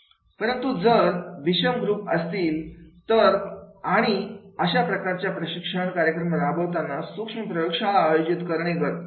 पण जर विशाल ग्रुप असतील तर आणि अशा प्रकारच्या प्रशिक्षण कार्यक्रम राबवताना सूक्ष्म प्रयोगशाळा आयोजित कराव्या लागतात